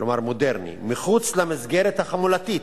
כלומר מודרני, מחוץ למסגרת החמולתית,